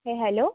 হ্যাঁ হ্যালো